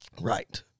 Right